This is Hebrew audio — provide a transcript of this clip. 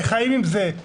איך חיים עם זה.